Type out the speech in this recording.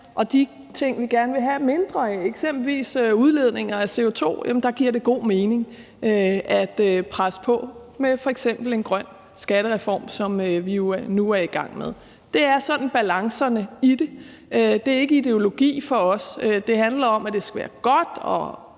for det, vi gerne vil have mindre af, eksempelvis CO2-udledninger, giver det god mening at presse på for eksempelvis at få en grøn skattereform, som vi jo nu er i gang med. Det er balancen i det. Det er for os ikke ideologi. Det handler om, at det skal være godt at